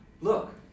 Look